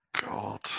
god